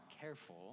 careful